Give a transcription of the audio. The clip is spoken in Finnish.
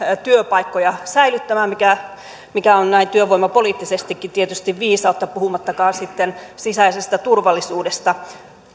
työpaikkoja säilyttämään mikä mikä on näin työvoimapoliittisestikin tietysti viisautta puhumattakaan sitten sisäisestä turvallisuudesta